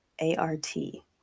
A-R-T